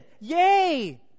Yay